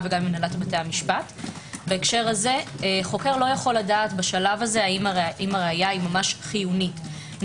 וזה רק כאשר מתקיים המבחן הזה של הנחיצות,